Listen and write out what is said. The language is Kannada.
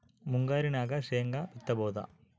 ಮುಂಗಾರಿನಾಗ ಶೇಂಗಾ ಬಿತ್ತಬಹುದಾ?